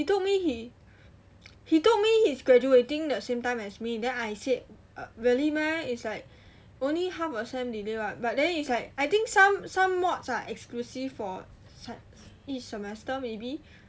he told me he he told me he's graduating at the same time as me then I said uh really meh it's like only half a sem delay what but then it's like I think some some mods are exclusive for se~ each semester maybe